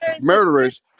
murderers